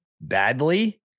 badly